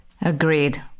Agreed